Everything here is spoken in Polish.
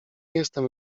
jestem